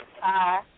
Hi